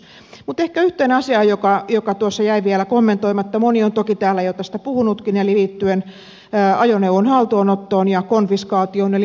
mutta ehkä yhteen asiaan joka tuossa jäi vielä kommentoimatta moni on toki täällä jo tästä puhunutkin eli liittyen ajoneuvon haltuunottoon ja konfiskaatioon eli menettämisseuraamukseen